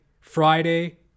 Friday